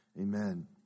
Amen